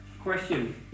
question